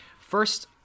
First